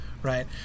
right